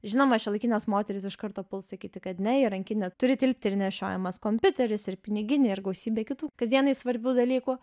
žinoma šiuolaikinės moterys iš karto puls sakyti kad ne į rankinę turi tilpti ir nešiojamas kompiuteris ir piniginė ir gausybė kitų kasdienai svarbių dalykų